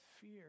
fear